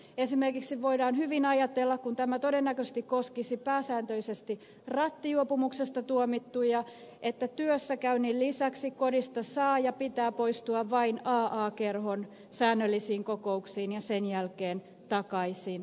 esimerkiksi voidaan hyvin ajatella kun tämä todennäköisesti koskisi pääsääntöisesti rattijuopumuksesta tuomittuja että työssäkäynnin lisäksi kodista saa ja pitää poistua vain aa kerhon säännöllisiin kokouksiin ja sen jälkeen takaisin kotiin